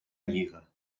lliga